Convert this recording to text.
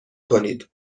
کنید